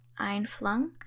Einflung